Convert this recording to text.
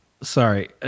Sorry